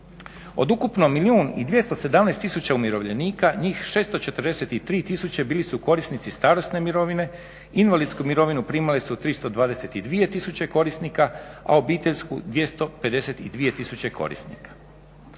milijun i 217 tisuća umirovljenika njih 643 tisuće bili su korisnici starosne mirovine, invalidsku mirovinu primali su 322 tisuće korisnika a obiteljsku 252 tisuće korisnika.